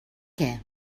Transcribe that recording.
què